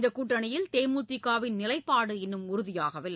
இந்தக் கூட்டணியில் தேமுதிகவின் நிலைப்பாடு இன்னும் உறுதியாகவில்லை